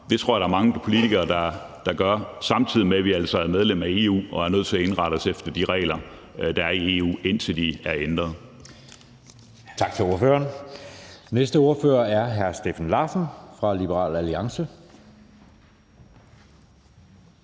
Det tror jeg der er mange politikere der vil, samtidig med at vi altså er medlem af EU og er nødt til at indrette os efter de regler, der er i EU, indtil de er ændret. Kl. 10:59 Anden næstformand (Jeppe Søe): Tak til ordføreren. Den næste ordfører er hr. Steffen Larsen fra Liberal Alliance.